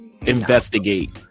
investigate